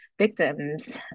victims